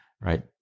Right